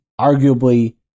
arguably